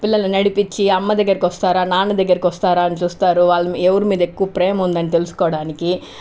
పిల్లల్ని నడిపించి అమ్మ దగ్గరికి వస్తారా నాన్న దగ్గరికి వస్తారా అని చూస్తారు అది ఎవరి మీద ఎక్కువ ప్రేమ ఉంది అని తెలుసుకోవడానికి